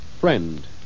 Friend